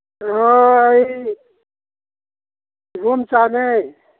ꯑꯣ ꯑꯩ ꯏꯕꯣꯝꯆꯥꯅꯦ